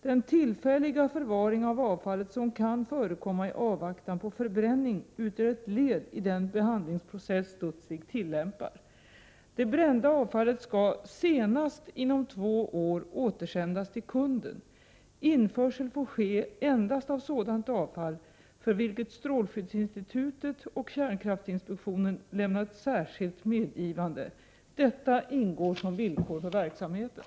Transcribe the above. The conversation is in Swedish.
Den tillfälliga förvaring av avfallet som kan förekomma i avvaktan på förbränning utgör ett led i den behandlingsprocess Studsvik 115 tillämpar. inspektionen lämnat särskilt medgivande. Detta ingår som villkor för verksamheten.